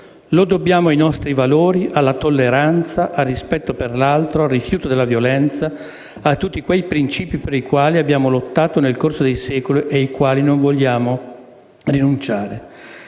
Lo dobbiamo ai nostri valori, alla tolleranza, al rispetto per l'altro, al rifiuto della violenza, a tutti quei principi per i quali abbiamo lottato nel corso dei secoli e ai quali non vogliamo rinunciare.